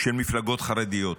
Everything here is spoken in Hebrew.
של מפלגות חרדיות